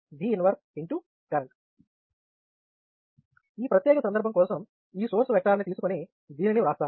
I ఈ ప్రత్యేక సందర్భం కోసం ఈ సోర్స్ వెక్టర్ని తీసుకొని దీనిని వ్రాస్తాను